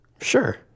Sure